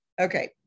okay